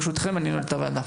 ברשותכם, אני נועל את הוועדה.